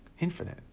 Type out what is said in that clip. infinite